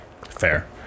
Fair